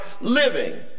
living